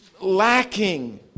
lacking